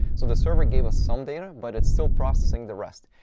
so the server gave us some data, but it's still processing the rest.